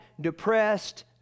depressed